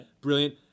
Brilliant